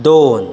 दोन